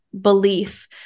belief